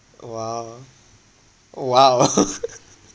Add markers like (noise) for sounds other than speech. !wow! oh !wow! (laughs)